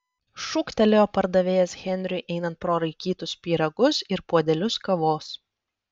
šūktelėjo pardavėjas henriui einant pro raikytus pyragus ir puodelius kavos